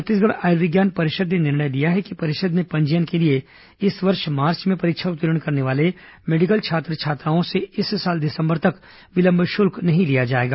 छत्तीसगढ़ आयुर्विज्ञान परिषद ने निर्णय लिया है कि परिषद में पंजीयन के लिए इस साल मार्च में परीक्षा उत्तीर्ण करने वाले मेडिकल छात्र छात्राओं से इस साल दिसंबर तक विलंब शुल्क नहीं लिया जाएगा